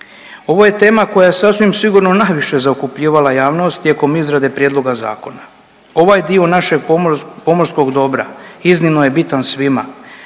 Ovo je tema koja sasvim sigurno najviše zaokupljivala javnost tijekom izrade Prijedloga zakona. Ovaj dio našeg pomorskog dobra iznimno je bitan svima,